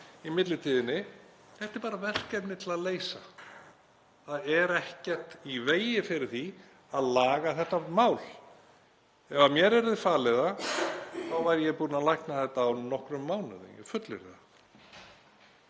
í millitíðinni. Þetta er bara verkefni til að leysa. Það er ekkert í vegi fyrir því að laga þetta mál. Ef mér yrði falið þetta væri ég búinn að lækna þetta á nokkrum mánuðum, ég fullyrði það.